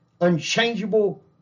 unchangeable